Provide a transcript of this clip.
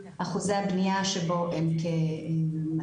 אחוזי הבנייה שבו הם כ-200%.